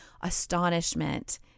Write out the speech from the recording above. astonishment